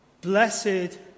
blessed